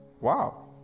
Wow